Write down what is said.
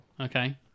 Okay